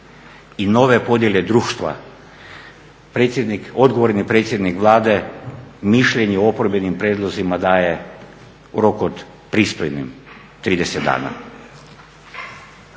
i nove podjele društva, odgovorni predsjednik Vlade mišljenju oporbenim prijedlozima daje u roku od, pristojnih 30 dana.